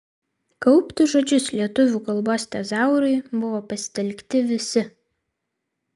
kaupti žodžius lietuvių kalbos tezaurui buvo pasitelkti visi